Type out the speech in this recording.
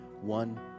One